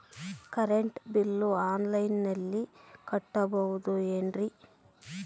Current bill ಆನ್ಲೈನಿನಲ್ಲಿ ಕಟ್ಟಬಹುದು ಏನ್ರಿ?